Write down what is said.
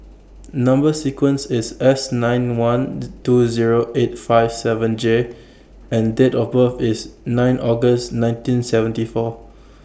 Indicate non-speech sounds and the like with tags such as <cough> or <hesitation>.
Number sequence IS S nine one <hesitation> two Zero eight five seven J and Date of birth IS nine August nineteen seventy four